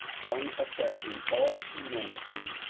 one affecting all human ity,